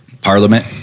parliament